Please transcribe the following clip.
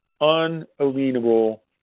unalienable